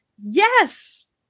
Yes